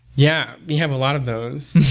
yeah, we have a lot of those.